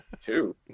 Two